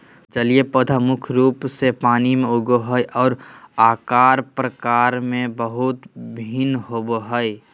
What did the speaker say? जलीय पौधा मुख्य रूप से पानी में उगो हइ, और आकार प्रकार में बहुत भिन्न होबो हइ